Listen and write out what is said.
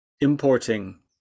importing